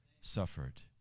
suffered